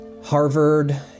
Harvard